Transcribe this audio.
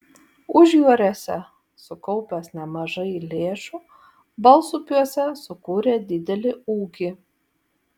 užjūriuose sukaupęs nemažai lėšų balsupiuose sukūrė didelį ūkį